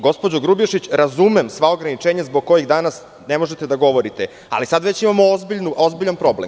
Gospođo Grubješić, razumem sva ograničenja zbog kojih danas ne možete da govorite, ali sada već imamo ozbiljan problem.